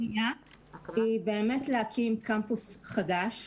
האופציה השנייה היא להקים קמפוס חדש,